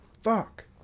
fuck